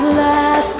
last